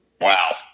Wow